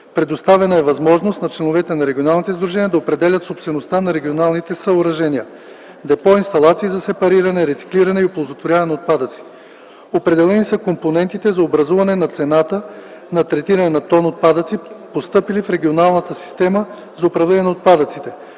Предоставена е възможност на членовете на регионалното сдружение да определят собствеността на регионалните съоръжения – депо, инсталации за сепариране, рециклиране и оползотворяване на отпадъци. Определени са компонентите за образуване на цената за третиране на тон отпадъци, постъпили в регионалната система за управление на отпадъците,